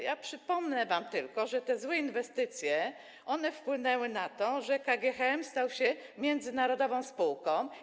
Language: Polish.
Ja przypomnę wam tylko, że te złe inwestycje wpłynęły na to, że KGHM stał się międzynarodową spółką.